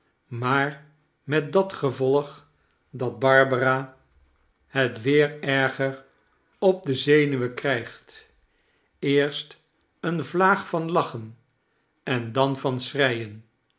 maar met dat gevolg dat barbara het weer erger op de zenuwen krijgt eerst eene vlaag van lachen en dan van schreien